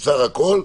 הוסר הכול,